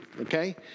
okay